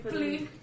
Please